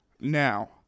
now